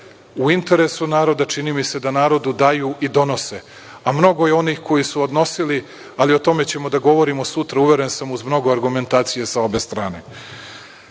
u interesu naroda, čini mi se da narodu daju i donose, a mnogo je onih koji su odnosili, ali o tome ćemo da govorimo sutra, uveren sam, uz mnogo argumentacija sa obe strane. Osnovni